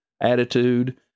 attitude